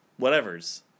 whatevers